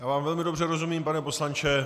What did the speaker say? Já vám velmi dobře rozumím, pane poslanče.